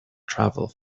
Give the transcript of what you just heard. travel